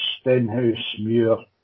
Stenhouse-Muir